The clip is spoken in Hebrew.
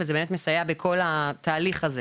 וזה באמת מסייע בכל התהליך הזה,